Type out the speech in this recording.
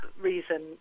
reason